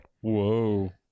Whoa